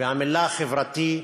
והמילה "חברתי"